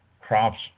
crops